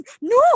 No